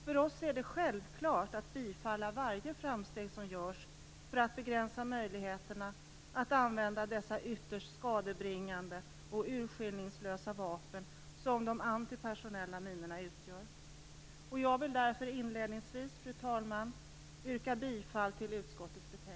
För oss är det självklart att bifalla varje framsteg som görs för att begränsa möjligheterna att använda dessa ytterst skadebringande och urskillningslösa vapen som de antipersonella minorna utgör. Jag vill därför inledningsvis yrka bifall till utskottets betänkande.